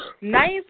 Nice